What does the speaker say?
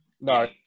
No